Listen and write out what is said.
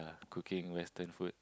cooking western food